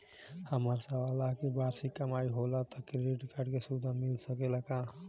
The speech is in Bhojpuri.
हमार सवालाख के वार्षिक कमाई होला त क्रेडिट कार्ड के सुविधा मिल सकेला का?